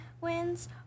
wins